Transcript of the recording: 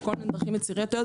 בדרכים יצירתיות שונות.